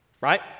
Right